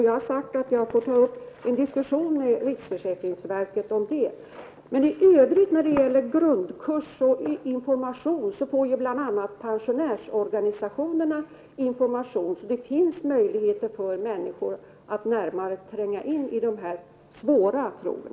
Jag har sagt att jag skall ta upp en diskussion med riksförsäkringsverket om det. När det i övrigt gäller grundkurs och information får bl.a. pensionärsorganisationerna upplysning. Det finns möjligheter för människor att närmare tränga in i dessa svåra frågor.